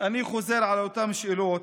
אני חוזר על אותן שאלות,